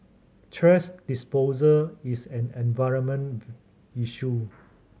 thrash disposal is an environment issue